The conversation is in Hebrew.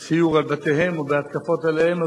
בציור על בתיהם או בהתקפות עליהם,